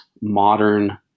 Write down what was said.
modern